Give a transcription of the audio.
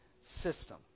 system